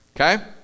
Okay